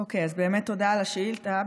אוקיי, אז באמת תודה על השאילתה.